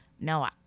no